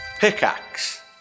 Pickaxe